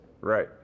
Right